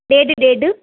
ॾेढु ॾेढु